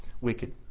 wicked